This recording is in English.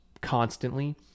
constantly